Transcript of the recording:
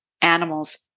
animals